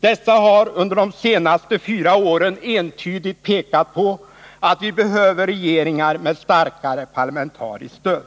Dessa har under de senaste fyra åren entydigt pekat på att vi behöver regeringar med starkare parlamentariskt stöd.